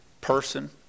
person